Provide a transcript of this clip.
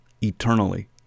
eternally